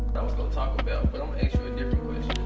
i was gonna talk about but i'mma ask you a different